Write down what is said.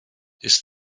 ist